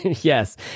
Yes